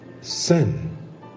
sin